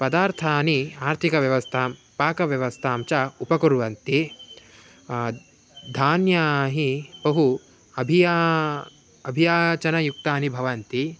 पदार्थानि आर्थिकव्यवस्थां पाकव्यवस्थां च उपकुर्वन्ति धान्यानि हि बहु अभिया अभियाचनयुक्तानि भवन्ति